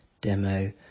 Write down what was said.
demo